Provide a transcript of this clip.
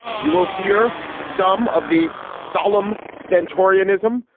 you will hear some of the solemn, stentorian ism,